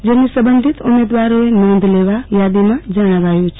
જેની સંબંધિત ઉમેદવારોએ નોંધ લેવા યાદીમાં જણાવાયુ છે